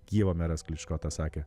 kijevo meras kličko tą sakė